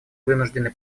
вынуждены